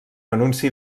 anunci